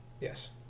Yes